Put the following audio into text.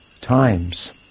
times